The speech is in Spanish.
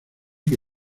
que